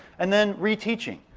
and then reteaching.